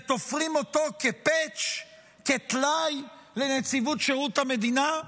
ותופרים אותו כפאץ', כטלאי, לנציבות שירות המדינה?